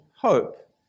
hope